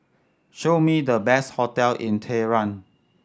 show me the best hotel in Tehran